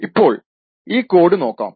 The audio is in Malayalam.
ഇപ്പോൾ ഈ കോഡ് നോക്കാം